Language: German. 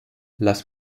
lass